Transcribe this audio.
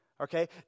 Okay